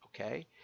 okay